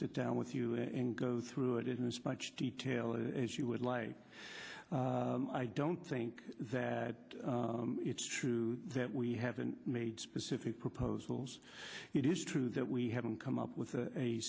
sit down with you and go through it isn't as much detail as you would like i don't think that it's true that we haven't made specific proposals it is true that we haven't come up with a